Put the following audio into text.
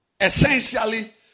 essentially